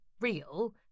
real